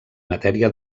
matèria